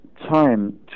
time